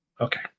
Okay